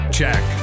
check